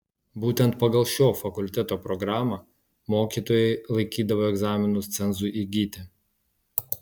būtent pagal šio fakulteto programą mokytojai laikydavo egzaminus cenzui įgyti